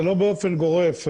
זה לא באופן גורף,